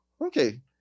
okay